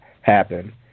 happen